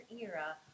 era